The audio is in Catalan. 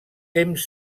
temps